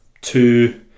two